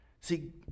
See